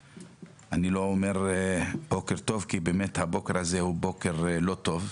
אני לא אומר בוקר טוב כי באמת הבוקר הזה הוא בוקר לא טוב.